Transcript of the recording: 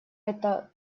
это